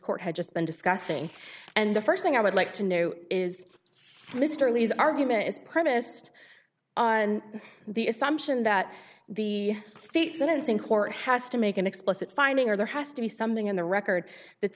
court had just been discussing and the st thing i would like to new is mr lee's argument is premised on the assumption that the state senate in court has to make an explicit finding or there has to be something in the record that